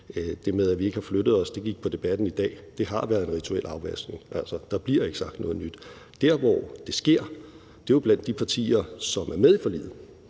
det med, at vi ikke har flyttet os, at det gik på debatten i dag. Det har været en rituel afvaskning. Altså, der bliver ikke sagt noget nyt. Der, hvor det sker, er jo blandt de partier, som er med i forliget